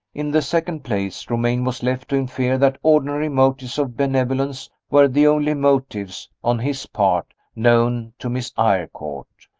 in the second place, romayne was left to infer that ordinary motives of benevolence were the only motives, on his part, known to miss eyrecourt.